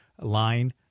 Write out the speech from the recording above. line